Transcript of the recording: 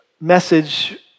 message